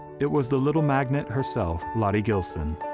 it was the little magnet herself, lottie gilson.